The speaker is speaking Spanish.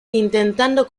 intentando